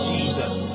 Jesus